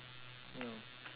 ya